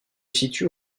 situe